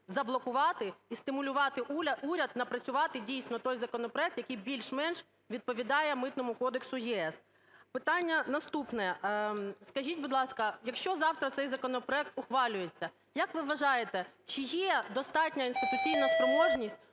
заблокувати і стимулювати уряд напрацювати дійсно той законопроект, який більш-менш відповідає Митному кодексу ЄС. Питання наступне. Скажіть, будь ласка, якщо завтра цей законопроект ухвалюється, як ви вважаєте, чи є достатня інституційна спроможність